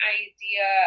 idea